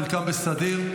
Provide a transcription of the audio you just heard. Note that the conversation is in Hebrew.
חלקם בסדיר.